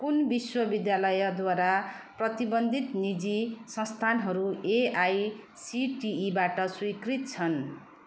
कुन विश्वविद्यालयद्वारा प्रबन्धित निजी संस्थानहरू एआइसिटिईबाट स्वीकृत छन्